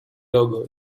logo